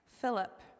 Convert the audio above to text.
Philip